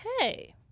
Okay